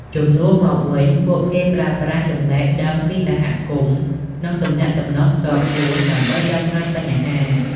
ជំនួសមកវិញ ពួកគេប្រើប្រាស់ ចំណេះដឹងពីសហគមន៍ និងទំនាក់ទំនងផ្ទាល់ខ្លួន ដើម្បីដោះស្រាយបញ្ហា។